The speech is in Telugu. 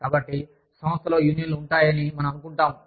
కాబట్టి సంస్థలో యూనియన్లు ఉంటాయని మనం అనుకుంటాము